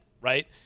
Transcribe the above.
right